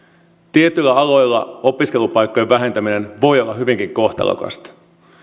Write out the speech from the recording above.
tietyillä aloilla opiskelupaikkojen vähentäminen voi olla hyvinkin kohtalokasta